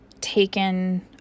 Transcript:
taken